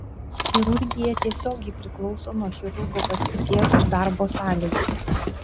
chirurgija tiesiogiai priklauso nuo chirurgo patirties ir darbo sąlygų